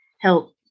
help